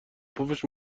پفش